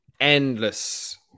Endless